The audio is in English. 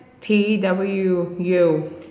TWU